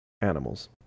animals